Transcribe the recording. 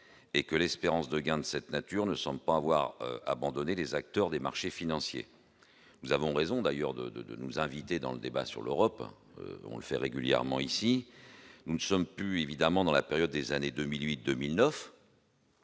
et que l'espérance de gain de cette nature ne semble pas avoir abandonné les acteurs des marchés financiers, nous avons raison d'ailleurs de, de, de nous inviter dans le débat sur l'Europe, on le fait régulièrement ici, nous ne sommes plus évidemment dans la période des années 2008 2009.